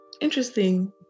interesting